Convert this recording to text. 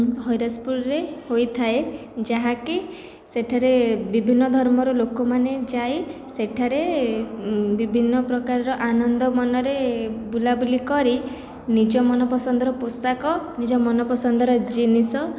ହରିରାଜପୁରରେ ହୋଇଥାଏ ଯାହାକି ସେଠାରେ ବିଭିନ୍ନ ଧର୍ମର ଲୋକମାନେ ଯାଇ ସେଠାରେ ବିଭିନ୍ନ ପ୍ରକାରର ଆନନ୍ଦମନରେ ବୁଲାବୁଲି କରି ନିଜ ମନପସନ୍ଦର ପୋଷାକ ନିଜ ମନପସନ୍ଦର ଜିନିଷ